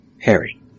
Harry